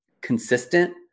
consistent